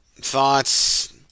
Thoughts